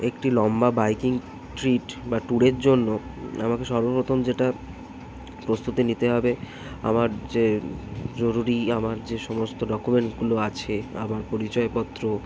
একটি লম্বা biking trip বা ট্যুরের জন্য আমাকে সর্বপ্রথম যেটার প্রস্তুতি নিতে হবে আমার যে জরুরি আমার যে সমস্ত ডকুমেন্টগুলো আছে আমার পরিচয়পত্র